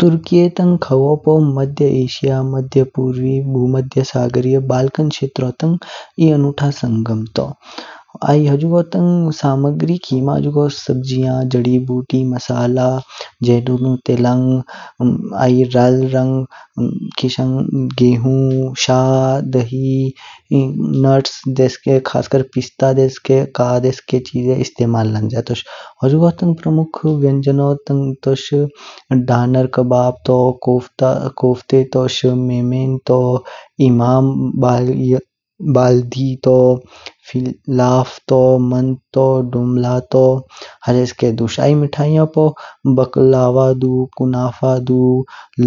तुर्की तंग खवू मध्य एशिया, मध्य पूर्वी, भू-मध्य सागरीय, बाल्कान क्षेत्रो तंग ए अनुथा संगम तू। आई हुजगो तंग सामग्री खिमा जुगोस सब्जीया, जड़ी-बूटी, मसाला, जेतूनु तेलांग आई राल रंग गेहूँ, शा, दही, नट्स देस्के खास कर पिस्ता देस्के काजू देस्के इस्तेमाल लंज्या तोश। हुजगो तंग प्रमुख व्यंजनो तंग तोश दानेर कबाब तू, कोफ्ता कोफ्ते तोश, मेमे तू, इमाम बल बल्तिये तू, लौफ तूह, मंट तू, दुला तू हजेके दुश। आई मीठाइयां पू बकलावा दुउ, कुनाफा दुउ,